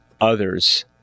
others